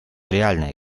реальной